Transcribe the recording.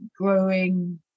growing